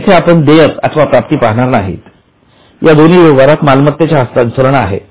येथे आपण देयक अथवा प्राप्ती पाहणार नाहीत या दोन्ही व्यवहारात मालमत्तेचे हस्तांतरण आहे